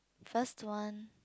first one